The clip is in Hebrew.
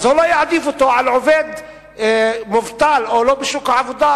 הוא לא יעדיף אותו על עובד מובטל או לא בשוק העבודה,